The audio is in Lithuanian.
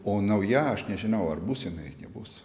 o nauja aš nežinau ar bus jinai ar nebus